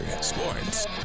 Sports